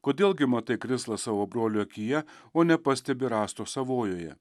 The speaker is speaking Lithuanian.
kodėl gi matai krislą savo brolio akyje o nepastebi rąsto savojoje